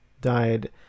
Died